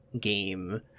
game